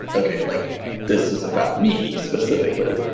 ok, like this is about me specifically